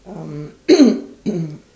um